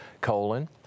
colon